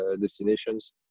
destinations